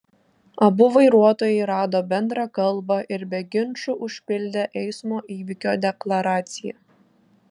abu vairuotojai rado bendrą kalbą ir be ginčų užpildė eismo įvykio deklaraciją